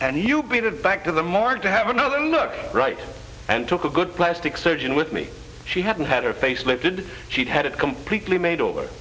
made it back to the morgue to have another look right and took a good plastic surgeon with me she hadn't had her face lifted she'd had it completely made over